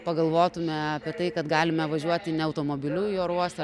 pagalvotume apie tai kad galime važiuoti ne automobiliu į oro uostą